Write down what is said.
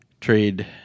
trade